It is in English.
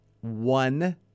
One